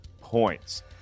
points